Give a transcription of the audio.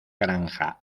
granja